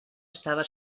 estava